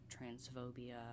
transphobia